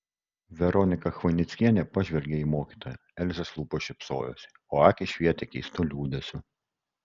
veronika chvainickienė pažvelgė į mokytoją elzės lūpos šypsojosi o akys švietė keistu liūdesiu